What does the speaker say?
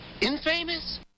infamous